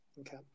okay